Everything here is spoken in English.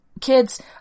kids